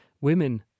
women